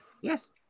Yes